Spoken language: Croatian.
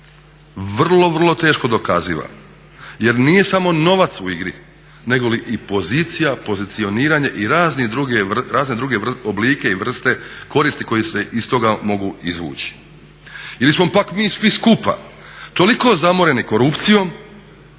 vrlo, vrlo teško dokaziva jer nije samo novac u igri negoli i pozicija, pozicioniranje i razni druge oblike i vrste koristi koje se iz toga mogu izvući. Ili smo pak mi svi skupa toliko zamoreni korupcijom